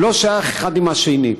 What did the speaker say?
זה לא שייך אחד לשני.